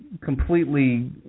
completely